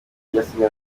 byatsinzwe